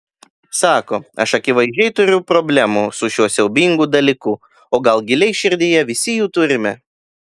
sako aš akivaizdžiai turiu problemų su šiuo siaubingu dalyku o gal giliai širdyje visi jų turime